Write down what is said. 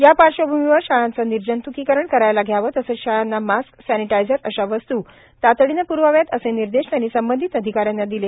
या पार्श्वभूमीवर शाळांचं निर्जंत्कीकरण करायला घ्यावं तसंच शाळांना मास्क समिटायझर अशा आवश्यक वस्तू तातडीनं प्रवाव्यात असे निर्देश त्यांनी संबंधित अधिकाऱ्यांना दिले